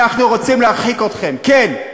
כן, אנחנו רוצים להרחיק אתכם, כן,